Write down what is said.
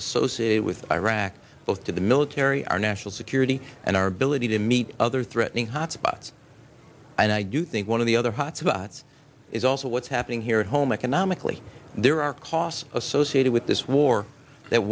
of with iraq both to the military our national security and our ability to meet other threatening hotspots and i do think one of the other hot spots is also what's happening here at home economically there are costs associated with this war that